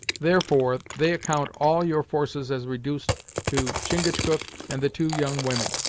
therefore, they account all your forces as reduced to chingachgook and the two young women,